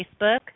Facebook